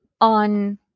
on